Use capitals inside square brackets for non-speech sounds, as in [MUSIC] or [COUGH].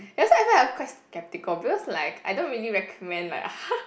that's why at first I quite skeptical because like I don't really recommend like [LAUGHS]